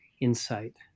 insight